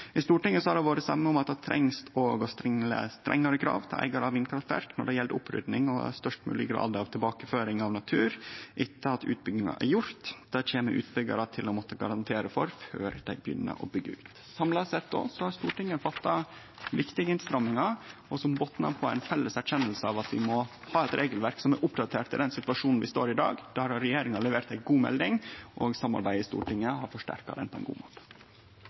I Stortinget har det vore semje om at ein treng å stille strengare krav til eigarar av vindkraftverk når det gjeld opprydding og størst mogleg grad av tilbakeføring av natur etter at utbygginga er gjord. Det kjem utbyggjarar til å måtte garantere for før dei begynner å byggje ut. Samla sett har Stortinget fatta viktige innstrammingar som botnar i ei felles erkjenning av at vi må ha eit regelverk som er oppdatert til den situasjonen vi står i i dag. Der har regjeringa levert ei god melding, og samarbeidet i Stortinget har forsterka ho på ein god måte.